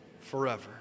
forever